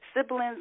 siblings